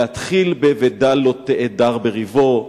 להתחיל ב"ודל לא תהדר בריבו",